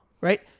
right